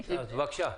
בבקשה.